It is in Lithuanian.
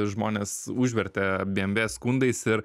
žmonės užvertė bmv skundais ir